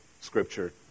scripture